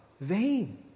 Vain